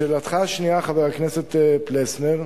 3. לשאלתך השלישית, חבר הכנסת פלסנר,